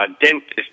dentist